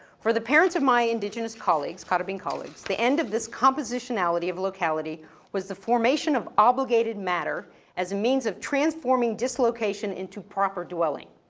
for the parents of my indigenous colleagues, cotabang colleagues, the end of this compositionality of locality was the formation of obligated matter as a means of transforming dislocation into proper dwelling.